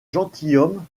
gentilhomme